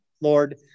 Lord